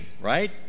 right